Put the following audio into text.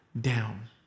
down